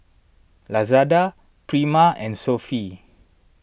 Lazada Prima and Sofy